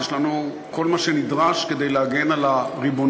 יש לנו כל מה שנדרש כדי להגן על הריבונות